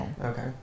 okay